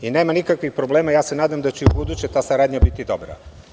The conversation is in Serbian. Nema nikakvi problema, ja se nadam da će i buduće ta saradnja biti dobra.